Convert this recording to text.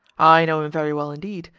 i know him very well indeed,